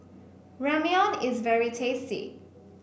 Ramyeon is very tasty